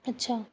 अछा